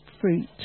fruit